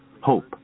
hope